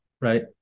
right